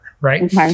right